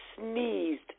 sneezed